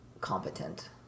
competent